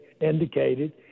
indicated